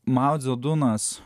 mao dze dunas